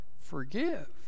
forgive